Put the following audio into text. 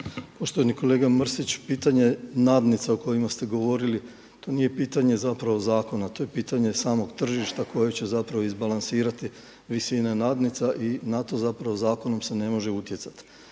Poštovani kolega Mrsić, pitanje nadnica o kojima ste govorili to nije pitanje zapravo zakona to je pitanje samog tržišta koje će zapravo izbalansirati visine nadnica i na to zapravo zakonom se ne može utjecati.